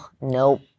nope